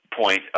point